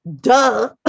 duh